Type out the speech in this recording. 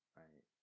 right